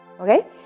Okay